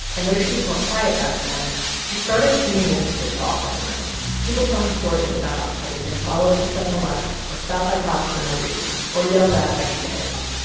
and though she was more quiet back then, she started tuning into the talk in the room people telling stories about how they'd been followed at the seven eleven or stopped by cops for no reason or yelled at by teachers.